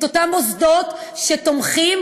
את אותם מוסדות שתומכים